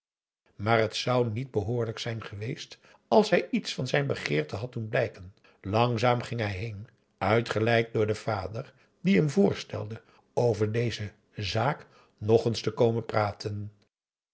maar het zou niet behoorlijk zijn geweest als hij iets van zijn begeerte had doen blijken langzaam ging hij heen uitgeleid door den vader die hem voorstelde over deze zaak nog eens te komen praten